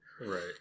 right